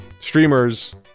Streamers